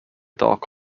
dark